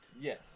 Yes